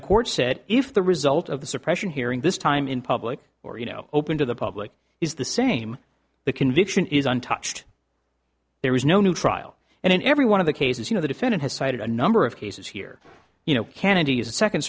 the court said if the result of the suppression hearing this time in public or you know open to the public is the same the conviction is untouched there was no new trial and in every one of the cases you know the defendant has cited a number of cases here you know kennedy is the second